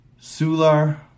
Sular